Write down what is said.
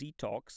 detox